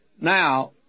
Now